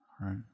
right